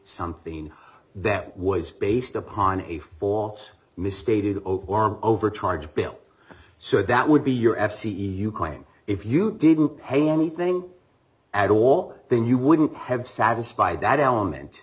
something that was based upon a force misstated or an overcharge bill so that would be your f c you claim if you didn't pay anything at all then you wouldn't have satisfied that element